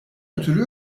ötürü